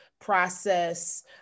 process